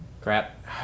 Crap